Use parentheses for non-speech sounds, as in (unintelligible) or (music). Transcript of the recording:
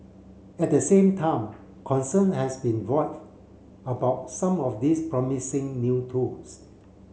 at the same time concern has been (unintelligible) about some of these promising new tools